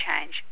change